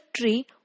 tree